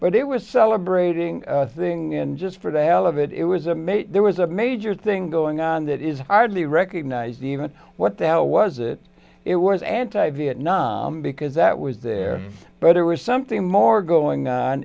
but it was celebrating thing and just for the d hell of it it was a major there was a major thing going on that is hardly recognized even what the hell was it it was anti vietnam because that was there but it was something more going on